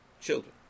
children